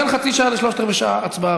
בין חצי שעה לשלושת-רבעי השעה עד להצבעה,